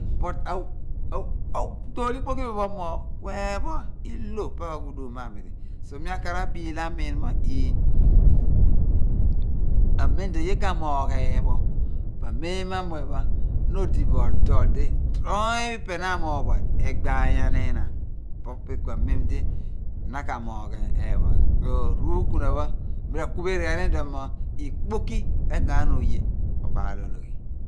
But otool ikpoki pho iphen pho ongo ku eephua i/lo siphe pa aghudum mo abidi so mi akar abiilho amiin mo ii amem di oye ka moogh eepho po amen mu amuen pho na odi bo dol di oony ipe na amoogh bo egbaanyan ihna po bin ku amem di na ka moogh eepho. So bin ruukuhna pho ra kureri ghan iduon mo ikpe re/ngo ghan oye obaal ologhi.